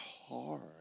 hard